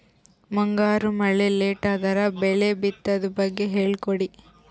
ಮುಂಗಾರು ಮಳೆ ಲೇಟ್ ಅದರ ಬೆಳೆ ಬಿತದು ಬಗ್ಗೆ ಹೇಳಿ ಕೊಡಿ?